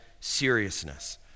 seriousness